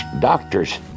doctors